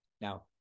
Now